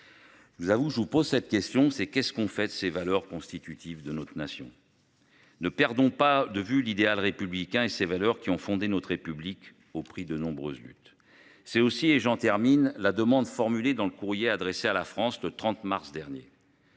Je vous avoue, je vous pose cette question c'est qu'est-ce qu'on fait ces valeurs constitutives de notre nation. Ne perdons pas de vue l'idéal républicain et ses valeurs qui ont fondé notre république au prix de nombreuses luttes, c'est aussi et j'en termine la demande formulée dans le courrier adressé à la France le 30 mars dernier.